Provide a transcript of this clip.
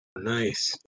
nice